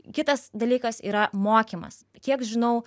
kitas dalykas yra mokymas kiek žinau